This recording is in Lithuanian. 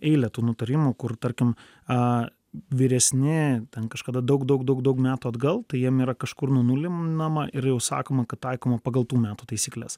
eilė tų nutarimų kur tarkim vyresni ten kažkada daug daug daug daug metų atgal tai jiem yra kažkur nunulinama ir jau sakoma kad taikoma pagal tų metų taisykles